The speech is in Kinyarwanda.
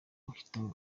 ahita